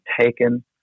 taken